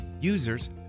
Users